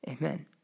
Amen